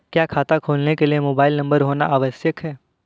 क्या खाता खोलने के लिए मोबाइल नंबर होना आवश्यक है?